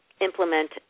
implement